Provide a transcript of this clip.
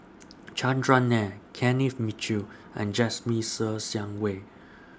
Chandran Nair Kenneth Mitchell and Jasmine Ser Xiang Wei